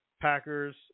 Packers